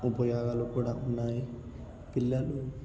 ఉపయోగాలు కూడా ఉన్నాయి పిల్లలు